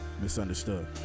misunderstood